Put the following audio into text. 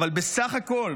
אבל בסך הכול,